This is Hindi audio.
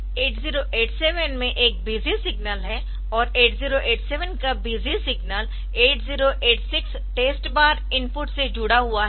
8087 में एक बिजी सिग्नल है और 8087 का बिजी सिग्नल 8086 टेस्ट बार इनपुट से जुड़ा हुआ है